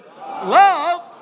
love